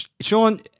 Sean